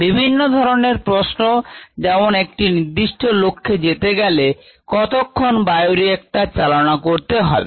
বিভিন্ন ধরনের প্রশ্ন যেমন একটি নির্দিষ্ট লক্ষ্যে যেতে গেলে কতক্ষন বায়োরিএক্টর চালনা করতে হবে